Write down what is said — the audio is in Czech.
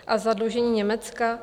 A zadlužení Německa?